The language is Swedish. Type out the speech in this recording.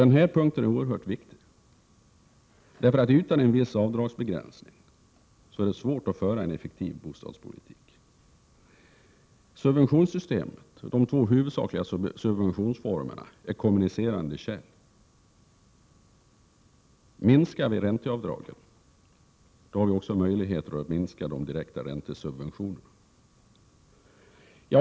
Denna punkt är oerhört viktig, därför att utan en viss avdragsbegränsning är det svårt att föra en effektiv bostadspolitik. De två huvudsakliga subventionsformerna i subventionssystemet är kommunicerande kärl. Om ränteavdragen minskas finns det också möjligheter att minska de direkta räntesubventionerna.